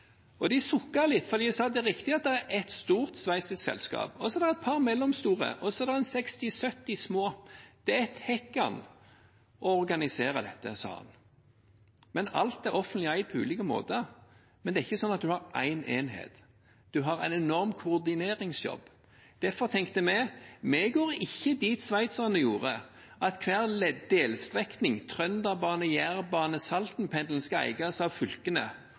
De sukket litt, for de sa at det er riktig at det er ett stort sveitsisk selskap, så er det et par mellomstore, og så er det 60–70 små. Det er «et hekkan» å organisere dette, sa han. Alt er offentlig eid på ulike måter, men det er ikke sånn at en har én enhet. En har en enorm koordineringsjobb. Derfor tenkte vi: Vi går ikke dit sveitserne gjorde, at hver delstrekning – Trønderbanen, Jærbanen, Saltenpendelen – skal eies av fylkene,